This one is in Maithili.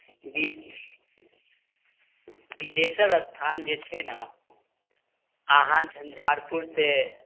बी बिदेश्वरस्थान जे छै ने अहाँ झञ्झारपुरसे